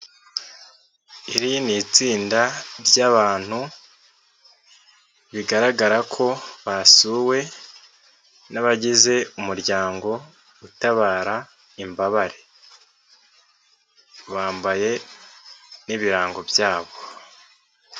Iri ni itsinda ry'abantu bigaragara ko basuwe n'abagize umuryango utabara imbabare, bambaye n'ibirango byabo.